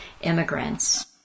immigrants